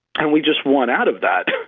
and we just want out of that.